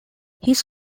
his